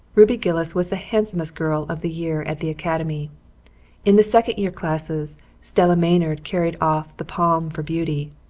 ruby gillis was the handsomest girl of the year at the academy in the second year classes stella maynard carried off the palm for beauty,